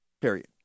period